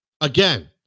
Again